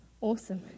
Awesome